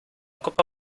copa